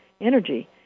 energy